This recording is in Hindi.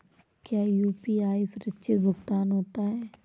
क्या यू.पी.आई सुरक्षित भुगतान होता है?